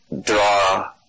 draw